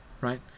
right